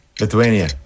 Lithuania